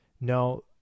No